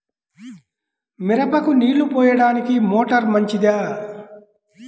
మిరపకు నీళ్ళు పోయడానికి మోటారు మంచిదా?